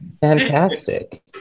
fantastic